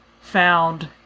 found